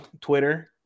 Twitter